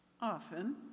Often